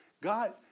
God